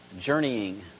journeying